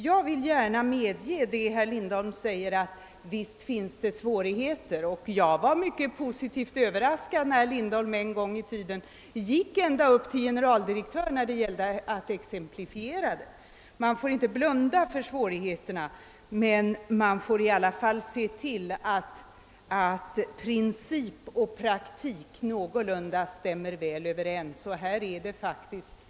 Jag vill gärna vitsorda herr Lindholms påstående att det finns svårigheter. Jag blev mycket positivt överraskad när herr Lindholm en gång i tiden gick ända upp till generaldirektörstjänster när det gällde att exemplifiera tillämpningen. Man får inte blunda för svårigheterna. Men man får å andra sidan se till att princip och praktik stämmer någorlunda väl överens. Här har många människors rättigheter kommit i kläm och det gäller inte minst kvinnorna.